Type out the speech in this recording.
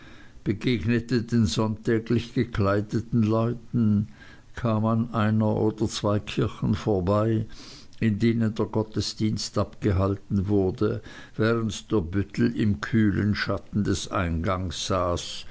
begegnete den sonntäglich gekleideten leuten kam an eine oder zwei kirchen vorbei in denen der gottesdienst abgehalten wurde während der büttel im kühlen schatten des eingangs saß